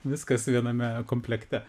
viskas viename komplekte